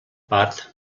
part